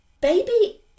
Baby